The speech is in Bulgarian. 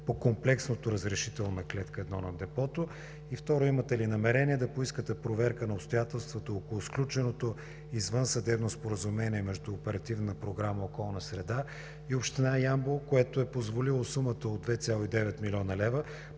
по комплексното разрешително на Клетка 1 на Депото? И второ, имате ли намерение да поискате проверка на обстоятелствата около сключеното извънсъдебно споразумение между Оперативна програма „Околна среда“ и Община Ямбол, което е позволило сумата от 2,9 млн. лв.